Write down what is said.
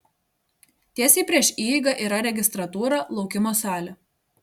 tiesiai prieš įeigą yra registratūra laukimo salė